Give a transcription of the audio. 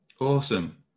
Awesome